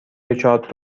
ریچارد